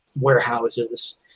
warehouses